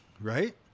Right